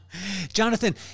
Jonathan